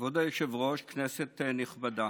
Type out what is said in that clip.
כבוד היושב-ראש, כנסת נכבדה,